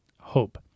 hope